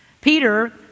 Peter